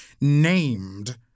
named